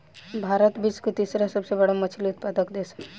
भारत विश्व के तीसरा सबसे बड़ मछली उत्पादक देश ह